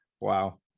wow